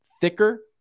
thicker